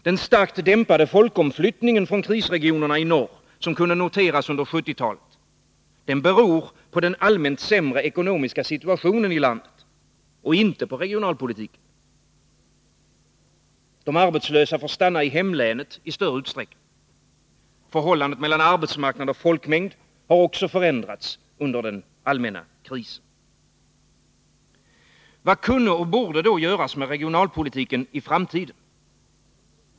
Den starkt dämpade folkomflyttning från krisregionerna i norr som kunde noteras under 1970-talet beror på den allmänt sämre ekonomiska situationen i landet och inte på regionalpolitiken. De arbetslösa får stanna i hemlänet i större utsträckning. Förhållandet mellan arbetsmarknad och folkmängd har också förändrats under den allmänna krisen. Vad kunde och borde då göras med regionalpolitiken i framtiden?